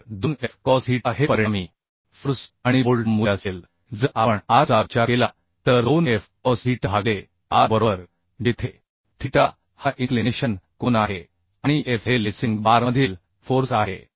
तर 2F cos theta हे परिणामी फोर्स आणि बोल्ट मूल्य असेल जर आपण R चा विचार केला तर 2F कॉस थीटा भागिले R बरोबर जेथे थीटा हा इन्क्लिनेशन कोन आहे आणि F हे लेसिंग बारमधील फोर्स आहे